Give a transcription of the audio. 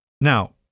Now